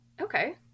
okay